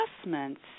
adjustments